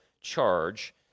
charge